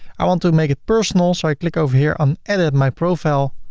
i want to make it personal. so i click over here on edit my profile